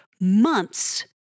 months